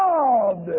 God